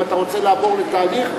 אם אתה רוצה לעבור לתהליך,